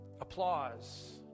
applause